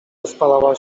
rozpala